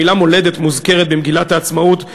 המילה "מולדת" מוזכרת במגילת העצמאות.